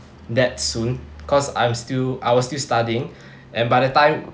that soon cause I'm still I will still studying and by that time